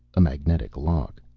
a magnetic lock.